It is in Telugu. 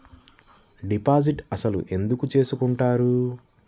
డిపాజిట్ అసలు ఎందుకు చేసుకుంటారు?